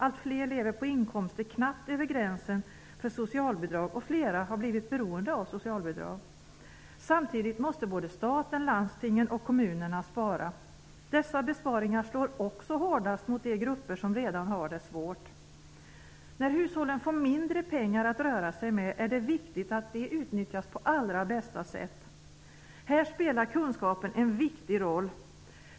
Alltfler lever på inkomster knappt över gränsen för socialbidrag, och flera har blivit beroende av socialbidrag. Samtidigt måste både staten, landstingen och kommunerna spara. Dessa besparingar slår också hårdast mot de grupper som redan har det svårt. När hushållen får mindre pengar att röra sig med är det viktigt att pengarna utnyttjas på allra bästa sätt. Här spelar kunskapen en viktig roll.